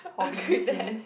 quit that